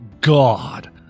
god